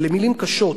אלה מלים קשות,